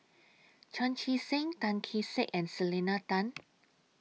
Chan Chee Seng Tan Kee Sek and Selena Tan